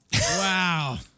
Wow